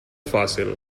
fàcil